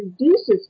reduces